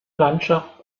landschaft